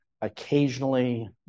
occasionally